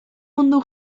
mundu